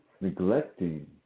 neglecting